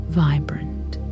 vibrant